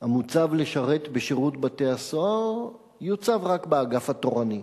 המוצב לשרת בשירות בתי-הסוהר יוצב רק באגף התורני.